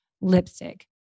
lipstick